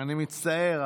אני מצטער.